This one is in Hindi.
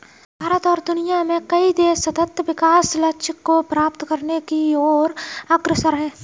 भारत और दुनिया में कई देश सतत् विकास लक्ष्य को प्राप्त करने की ओर अग्रसर है